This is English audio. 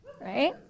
right